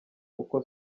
uko